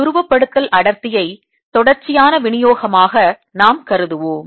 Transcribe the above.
துருவப்படுத்தல் அடர்த்தியை தொடர்ச்சியான விநியோகமாக நாம் கருதுவோம்